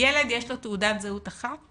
לילד יש תעודת זהות אחת